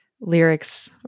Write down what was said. lyrics